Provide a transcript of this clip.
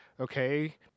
okay